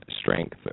strength